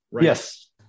yes